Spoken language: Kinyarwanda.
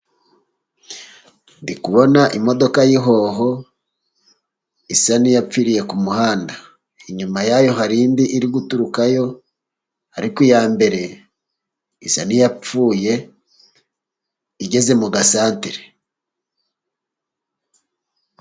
Ndi kubona imodoka y'ihoho isa n'iyapfiriye ku muhanda inyuma yayo hari indi iri guturukayo ariko iya mbere isa niyapfuye igeze mu gasatere.